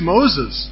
Moses